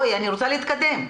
אני רוצה להתקדם.